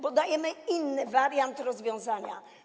Bo dajemy inny wariant rozwiązania.